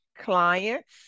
Clients